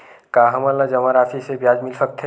का हमन ला जमा राशि से ब्याज मिल सकथे?